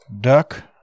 Duck